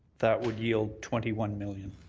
that would yield twenty one million.